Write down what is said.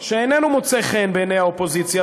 שאיננו מוצא חן בעיני האופוזיציה.